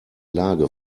lage